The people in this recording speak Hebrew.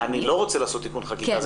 אני לא רוצה לעשות תיקון חקיקה.